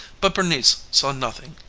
but bernice saw nothing,